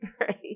right